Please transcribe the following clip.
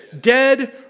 dead